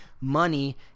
money